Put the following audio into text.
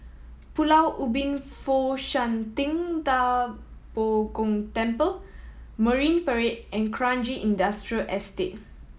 Pulau Ubin Fo Shan Ting Da Bo Gong Temple Marine Parade and Kranji Industrial Estate